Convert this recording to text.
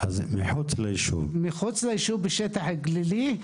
מחוץ ליישוב בשטח גלילי=====.